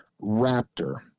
Raptor